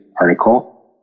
article